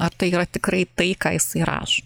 ar tai yra tikrai tai ką jisai rašo